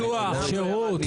לא ניתוח, שירות.